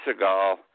Seagal